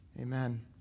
amen